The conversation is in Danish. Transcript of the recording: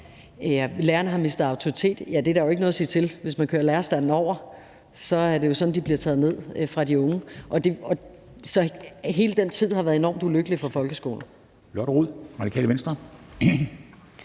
lærerne har mistet autoritet, at det er der jo ikke noget at sige til, for hvis man kører lærerstanden over, er det jo det, der sker. Så hele den tid har været enormt ulykkelig for folkeskolen.